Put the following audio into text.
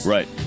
Right